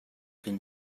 can